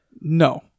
No